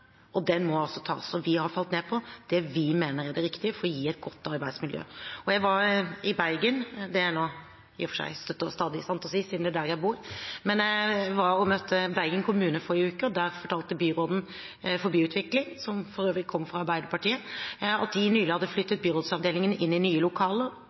Den må tas. Vi har falt ned på det vi mener er det riktige for å gi et godt arbeidsmiljø. Jeg var i Bergen, det er jeg for så vidt støtt og stadig, siden det er der jeg bor. Men jeg møtte Bergen kommune i forrige uke, og der fortalte byråden for byutvikling, som for øvrig kommer fra Arbeiderpartiet, at de nylig hadde flyttet byrådsavdelingen inn i nye lokaler,